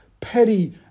petty